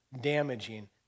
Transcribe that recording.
damaging